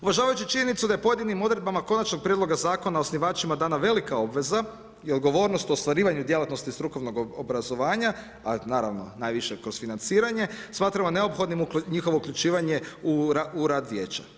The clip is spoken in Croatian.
Uvažavajući činjenicu da je pojedinim odredbama konačnog prijedloga zakona osnivačima dana velika obveza i odgovornost u ostvarivanju djelatnosti strukovnog obrazovanja, a naravno najviše kroz financiranje smatramo neophodnim njihovo uključivanje u rad vijeća.